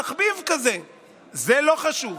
תחביב כזה הוא לא חשוב,